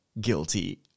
guilty